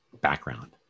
background